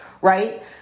right